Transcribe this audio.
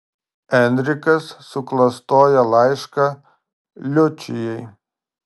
enrikas suklastoja laišką liučijai